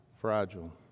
fragile